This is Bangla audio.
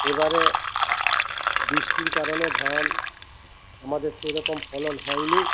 এবারে বৃষ্টির কারণে ধান আমাদের সেরকম ফলন হয়নি